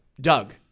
Doug